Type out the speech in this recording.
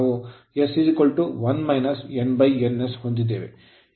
ಸಮೀಕರಣ 5 ರಿಂದ ನಾವು s 1 nns ಹೊಂದಿದ್ದೇವೆ